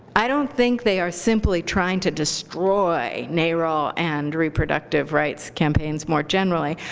i don't think they are simply trying to destroy narol and reproductive rights campaigns more generally.